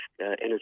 energy